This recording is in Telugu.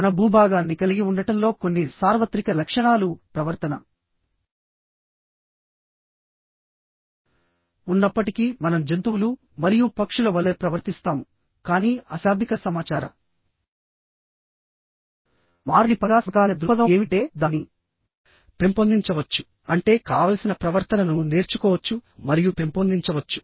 మన భూభాగాన్ని కలిగి ఉండటంలో కొన్ని సార్వత్రిక లక్షణాలు ప్రవర్తన ఉన్నప్పటికీ మనం జంతువులు మరియు పక్షుల వలె ప్రవర్తిస్తాము కానీ అశాబ్దిక సమాచార మార్పిడి పరంగా సమకాలీన దృక్పథం ఏమిటంటే దానిని పెంపొందించవచ్చుఅంటేకావలసిన ప్రవర్తనను నేర్చుకోవచ్చు మరియు పెంపొందించవచ్చు